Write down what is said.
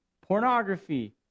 Pornography